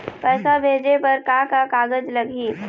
पैसा भेजे बर का का कागज लगही?